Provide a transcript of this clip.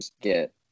get